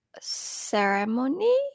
ceremony